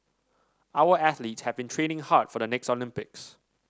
our athlete have been training hard for the next Olympics